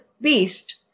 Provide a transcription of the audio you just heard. beast